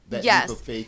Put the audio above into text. Yes